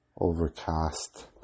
overcast